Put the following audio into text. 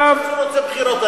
ליברמן אמר שהוא רוצה בחירות,